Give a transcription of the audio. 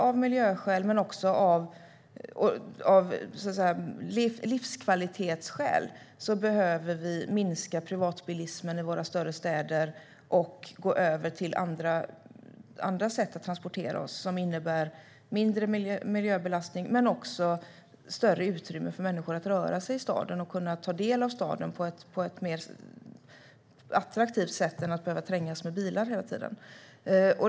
Av miljöskäl och livskvalitetsskäl behöver vi minska privatbilismen i våra större städer och gå över till transportsätt med mindre miljöbelastning. På så sätt skapas också större utrymme för människor att röra sig i staden och ta del av staden på ett attraktivare sätt i stället för att behöva trängas med bilar hela tiden.